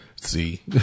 See